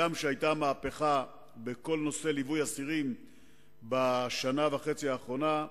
הגם שהיתה מהפכה בכל נושא ליווי האסירים בשנה וחצי האחרונה,